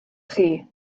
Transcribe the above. chi